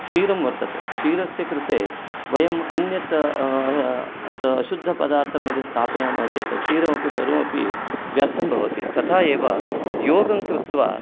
क्षीरं वर्तते क्षीरस्य कृते वयम् अन्यत् अशुद्धपदार्थं यदि स्थापयामः चेत् क्षिरमपि सर्वमपि व्यर्थं भवति तथा एव योगङ्कृत्वा